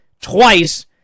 twice